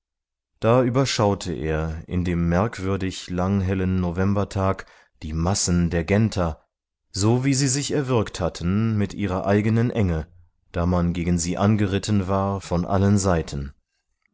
da überschaute er in dem merkwürdig langhellen novembertag die massen der genter so wie sie sich erwürgt hatten mit ihrer eigenen enge da man gegen sie angeritten war von allen seiten